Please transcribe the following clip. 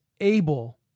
able